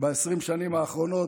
ב-20 השנים האחרונות,